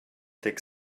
thick